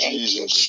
Jesus